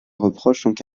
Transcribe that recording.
reprochent